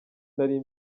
nari